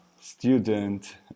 student